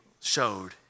showed